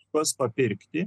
juos papirkti